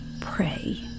pray